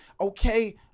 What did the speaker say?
okay